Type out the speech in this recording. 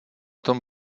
tom